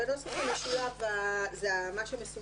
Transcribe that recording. בנוסח המסומן בצהוב.